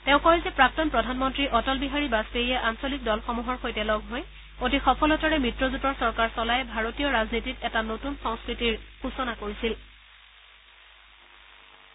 তেওঁ কয় যে প্ৰাক্তন প্ৰধানমন্ত্ৰী অটল বিহাৰী বাজপেয়ীয়ে আঞ্চলিক দল সমূহৰ সৈতে লগ হৈ অতি সফলতাৰে মিত্ৰজোঁটৰ চৰকাৰ চলাই ভাৰতীয় ৰাজনীতিলৈ এটা নতুন সংস্কৃতিক আদৰণি জনাইছে